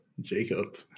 Jacob